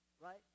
right